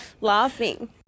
laughing